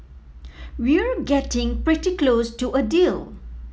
we're getting pretty close to a deal